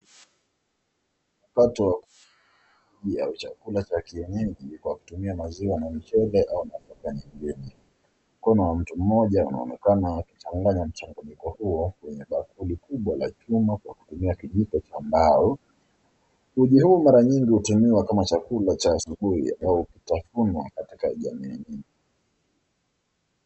Watu nanaaunda chakula cha kineyeji kwa kutumia maziwa na mchele ama nafaka nyingine, mkono wa mtu mmoja unaonekana ukichanganya mchanganyiko huo ,kwenye bakuli kubwa la chuma kwa kutumia kijiko cha mbao, uji huu hutumiwa kama chakula cha asubuh unaotafunwa katika jamii hii.